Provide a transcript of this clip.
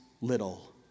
little